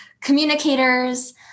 communicators